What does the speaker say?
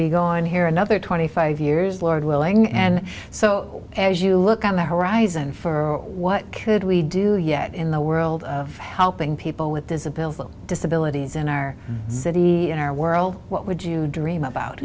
be gone here another twenty five years lord willing and so as you look on the horizon for what could we do yet in the world of helping people with disabilities on disabilities in our city and our world what would you dream